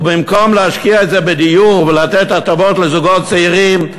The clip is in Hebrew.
ובמקום להשקיע את זה בדיור ולתת הטבות לזוגות צעירים,